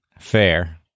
Fair